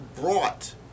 brought